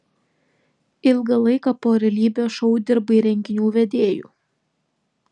ilgą laiką po realybės šou dirbai renginių vedėju